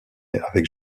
avec